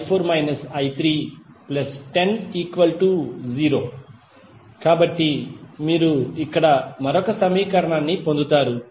2i48i4 i3100 కాబట్టి మీరు ఇక్కడ మరొక సమీకరణాన్ని పొందుతారు